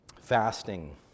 Fasting